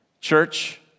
Church